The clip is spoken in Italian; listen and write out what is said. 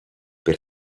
per